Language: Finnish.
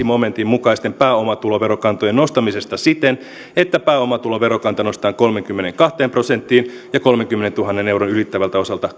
momentin mukaisten pääomatuloverokantojen nostamisesta siten että pääomatuloverokanta nostetaan kolmeenkymmeneenkahteen prosenttiin ja kolmenkymmenentuhannen euron ylittävältä osalta